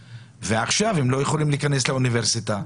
ועכשיו הם לא יכולים להיכנס לאוניברסיטה,